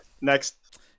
Next